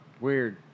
Weird